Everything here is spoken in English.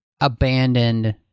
abandoned